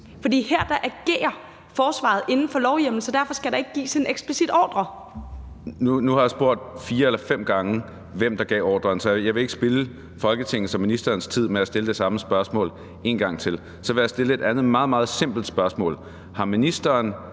For her agerer forsvaret inden for lovhjemmelen, så derfor skal der ikke gives en eksplicit ordre. Kl. 16:24 Marcus Knuth (KF): Nu har jeg spurgt fire eller fem gange, hvem der gav ordren, så jeg vil ikke spilde Folketingets og ministerens tid med at stille det samme spørgsmål en gang til. Så jeg vil stille et andet meget, meget simpelt spørgsmål: Har ministeren